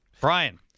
Brian